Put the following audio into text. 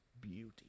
beauty